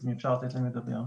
אז אם אפשר לתת להם לדבר.